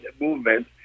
movement